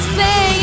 say